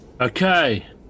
Okay